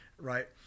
right